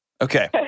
Okay